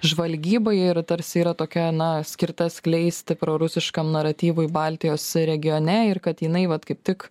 žvalgybai ir tarsi yra tokia na skirta skleisti prorusiškam naratyvui baltijos regione ir kad jinai vat kaip tik